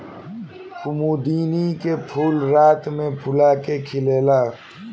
कुमुदिनी के फूल रात में फूला के खिलेला